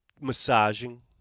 Massaging